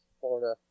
Florida